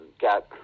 got